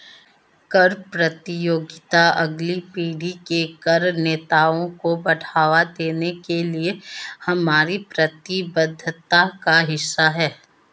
कर प्रतियोगिता अगली पीढ़ी के कर नेताओं को बढ़ावा देने के लिए हमारी प्रतिबद्धता का हिस्सा है